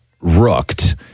rooked